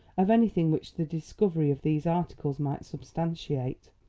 of anything which the discovery of these articles might substantiate?